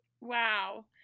Wow